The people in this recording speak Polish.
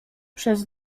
przez